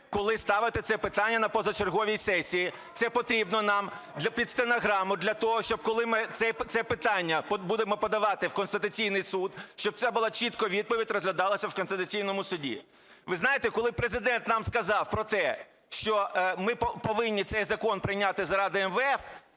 коли ставите це питання на позачерговій сесії? Це потрібно нам, під стенограму, для того, щоб, коли ми це питання будемо подавати в Конституційний Суд, щоб це була чітка відповідь, розглядалася в Конституційному Суді. Ви знаєте, коли Президент нам сказав про те, що ми повинні цей закон прийняти заради МВФ,